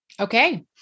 Okay